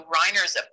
Reiner's